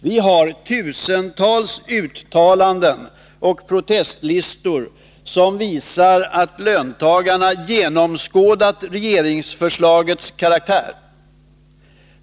Vi har tusentals uttalanden och protestlistor som visar att löntagarna genomskådat regeringsförslagets karaktär.